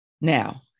Now